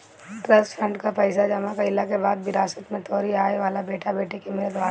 trust fund कअ पईसा जमा कईला के बाद विरासत में तोहरी आवेवाला बेटा बेटी के मिलत बाटे